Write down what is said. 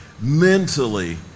mentally